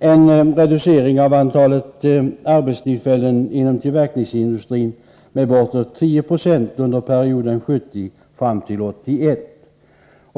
en reducering av antalet arbetstillfällen inom tillverkningsindustrin med bortåt 10 26 under perioden 1970-1981.